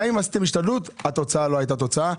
אם עשיתם השתדלות - התוצאה לא הייתה תוצאה.